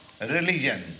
religion